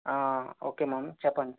ఆ okay madam చెప్పండి